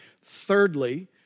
Thirdly